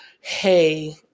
hey